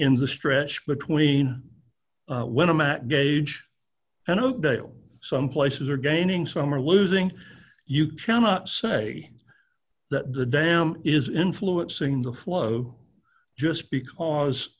in the stretch between when i'm at gage and oakdale some places are gaining some are losing you cannot say that the dam is influencing the flow just because